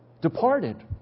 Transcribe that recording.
departed